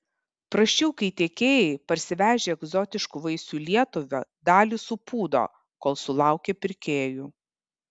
prasčiau kai tiekėjai parsivežę egzotiškų vaisių į lietuvą dalį supūdo kol sulaukia pirkėjų